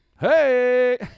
Hey